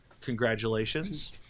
Congratulations